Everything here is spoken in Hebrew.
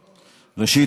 ראשית,